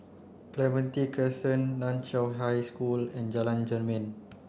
Clementi Crescent Nan Chiau High School and Jalan Jermin